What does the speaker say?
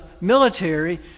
military